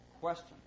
question